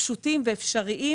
פשוטים ואפשריים,